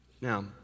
Now